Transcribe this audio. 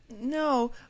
No